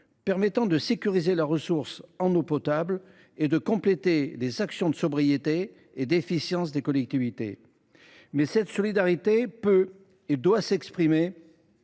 permet de sécuriser la ressource en eau potable et de compléter les actions de sobriété et d’efficience des collectivités. Mais cette solidarité peut et doit s’exprimer